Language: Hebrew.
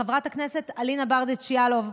חברת הכנסת אלינה ברדץ' יאלוב,